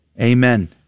Amen